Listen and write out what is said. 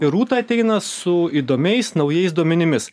ir rūta ateina su įdomiais naujais duomenimis